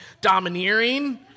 domineering